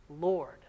Lord